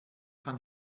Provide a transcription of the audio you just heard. kann